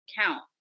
count